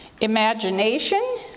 imagination